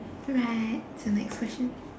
alright it's your next question